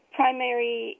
primary